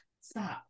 Stop